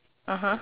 (uh huh)